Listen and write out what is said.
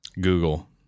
Google